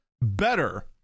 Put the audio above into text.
better